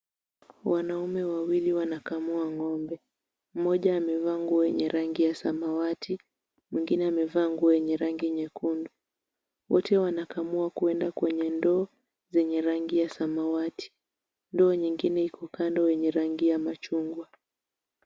Wanaume wawili wanakamua ng'ombe. Mmoja amevaa nguo yenye rangi ya samawati, mwingine amevaa nguo yenye rangi nyekundu. Wote wanakamua kuenda kwenye ndoo zenye rangi ya samawati, ndoo nyengine iko kando yenye rangi ya machungwa.